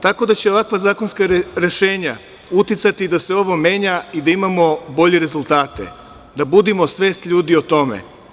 Tako da je ovakva zakonska rešenja uticati da se ovo menja i da imamo bolje rezultate, da budimo svest ljudi o tome.